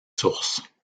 sources